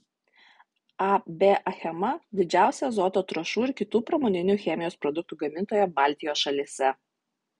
ab achema didžiausia azoto trąšų ir kitų pramoninių chemijos produktų gamintoja baltijos šalyse